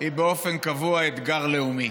היא באופן קבוע אתגר לאומי.